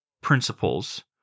principles